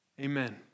Amen